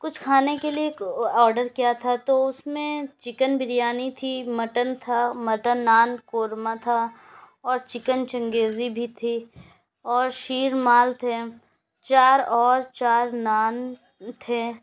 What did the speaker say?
کچھ کھانے کے لیے او آڈر کیا تھا تو اس میں چکن بریانی تھی مٹن تھا مٹن نان قورما تھا اور چکن چنگیزی بھی تھی اور شیرمال تھے چار اور چار نان تھے